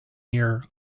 here